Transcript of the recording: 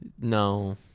No